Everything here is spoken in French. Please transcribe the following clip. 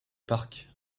parc